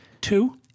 Two